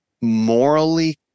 morally